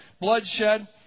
Bloodshed